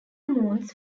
moons